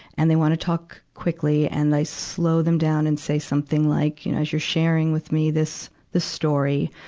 and they wanna talk quickly. and i slow them down and say something like you know you're sharing with me this, this story,